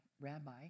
rabbi